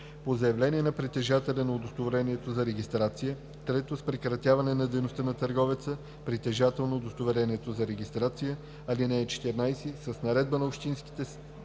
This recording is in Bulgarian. по заявление на притежателя на удостоверението за регистрация; 3. с прекратяване на дейността на търговеца – притежател на удостоверението за регистрация. (14) С наредба на общинския съвет